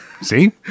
See